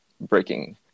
breaking